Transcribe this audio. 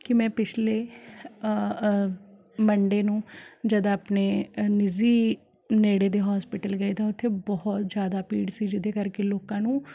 ਕੀ ਮੈਂ ਪਿਛਲੇ ਮੰਡੇ ਨੂੰ ਜਦ ਆਪਣੇ ਨਿੱਜ਼ੀ ਨੇੜੇ ਦੇ ਹੋਸਪਿਟਲ ਗਏ ਦਾ ਉੱਥੇ ਬਹੁਤ ਜ਼ਿਆਦਾ ਭੀੜ ਸੀ ਜਿਹਦੇ ਕਰਕੇ ਲੋਕਾਂ ਨੂੰ